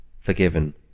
forgiven